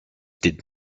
did